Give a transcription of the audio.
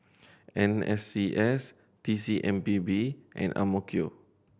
N S C S T C M P B and AMK